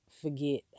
forget